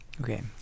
Okay